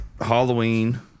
Halloween